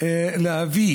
להביא